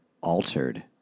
altered